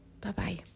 Bye-bye